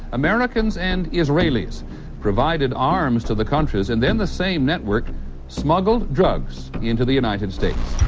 americans and israelis provided arms to the contras and then the same network smuggled drugs into the united states.